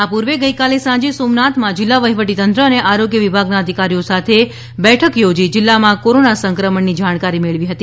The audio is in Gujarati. આ પૂર્વે ગઇકાલે સાંજે સોમનાથમાં જિલ્લા વહીવટીતંત્ર અને આરોગ્ય વિભાગના અધિકારીઓ સાથે બેઠક યોજી જિલ્લામાં કોરોના સંક્રમણની જાણકારી મેળવી હતી